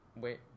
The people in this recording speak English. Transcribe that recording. Wait